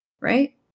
right